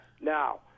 Now